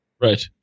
Right